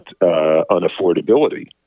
unaffordability